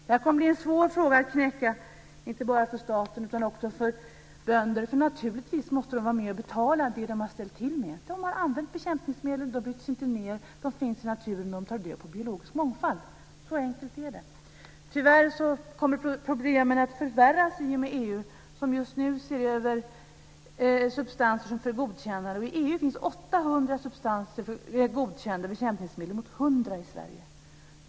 Det här kommer att bli en svår fråga att knäcka inte bara för staten utan också för bönder. De måste naturligtvis också vara med och betala det de har ställt till med. De har använt bekämpningsmedel, de bryts inte ned, de finns i naturen och de tar död på biologisk mångfald. Så enkelt är det. Tyvärr kommer problemen att förvärras i och med att EU just nu ser över substanser för godkännande. I EU finns 800 substanser som är godkända som bekämpningsmedel mot 100 i Sverige.